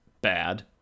bad